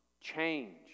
change